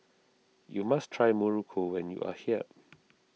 you must try Muruku when you are here